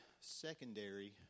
secondary